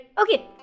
okay